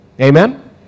Amen